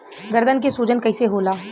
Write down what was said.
गर्दन के सूजन कईसे होला?